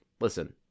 listen